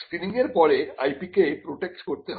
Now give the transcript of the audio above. স্ক্রিনিংয়ের পরে IP কে protect করতে হবে